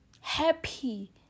happy